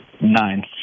nine